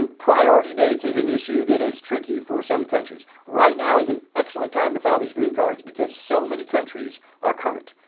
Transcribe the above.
um priority dates are an issue that is tricky for some countries. right now is an excellent time to file these green cards because so many countries are current.